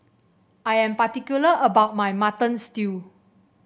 I am particular about my Mutton Stew